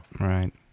right